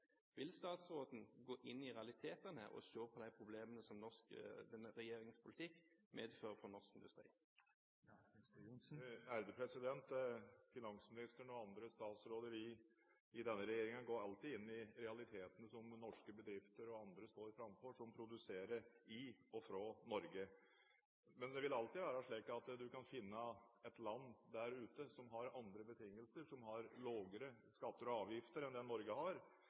Vil statsråden gå inn i realitetene og se på de problemene som denne regjeringens politikk medfører for norsk industri? Finansministeren og andre statsråder i denne regjeringen går alltid inn i realitetene som norske bedrifter og andre som produserer i og fra Norge, står framfor. Men det vil alltid være slik at man kan finne et land der ute som har andre betingelser, som har lavere skatter og avgifter enn det Norge har.